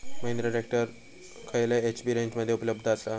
Mahindra tractor खयल्या HP रेंजमध्ये उपलब्ध आसा?